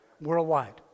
worldwide